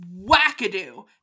wackadoo